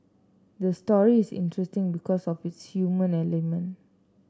the story is interesting because of its human element